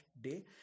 day